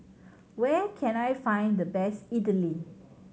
where can I find the best Idili